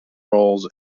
roles